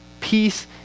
peace